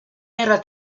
era